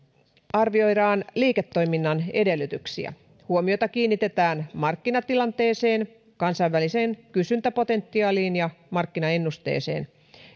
arvioidaan liiketoiminnan edellytyksiä huomiota kiinnitetään markkinatilanteeseen kansainväliseen kysyntäpotentiaaliin ja markkinaennusteeseen